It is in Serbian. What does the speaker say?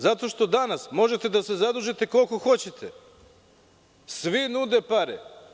Zato što danas možete da se zadužite koliko hoćete, svi nude pare.